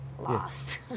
lost